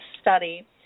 study